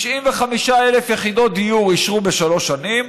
95,000 יחידות דיור אישרו בשלוש שנים,